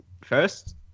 first